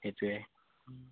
সেইটোৱে